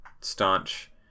staunch